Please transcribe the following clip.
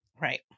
Right